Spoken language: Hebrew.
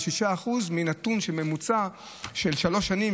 ו-6% מנתון ממוצע של שלוש שנים,